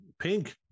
Pink